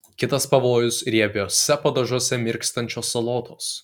kitas pavojus riebiuose padažuose mirkstančios salotos